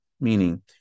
meaning